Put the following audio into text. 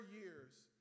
years